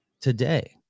today